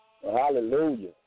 Hallelujah